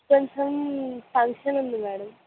కొంచం ఫంక్షన్ ఉంది మ్యాడమ్